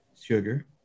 Sugar